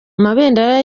amabendera